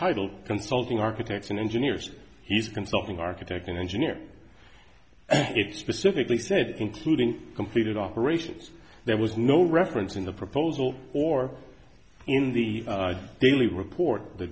titled consulting architects and engineers he's consulting architect and engineer it specifically said including completed operations there was no reference in the proposal or in the early report the